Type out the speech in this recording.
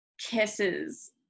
kisses